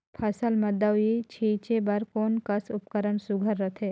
फसल म दव ई छीचे बर कोन कस उपकरण सुघ्घर रथे?